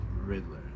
Riddler